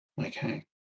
Okay